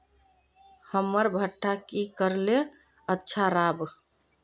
हमर भुट्टा की करले अच्छा राब?